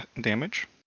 damage